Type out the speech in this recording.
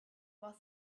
while